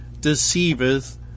deceiveth